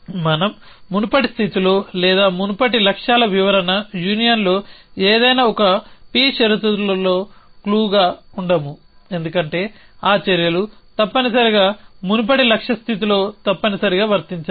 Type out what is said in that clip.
మనం మునుపటి స్థితిలో లేదా మునుపటి లక్ష్యాల వివరణ యూనియన్లో ఏదైనా ఒక p షరతులలో క్లూగా ఉండము ఎందుకంటే ఆ చర్యలు తప్పనిసరిగా మునుపటి లక్ష్య స్థితిలో తప్పనిసరిగా వర్తించాలి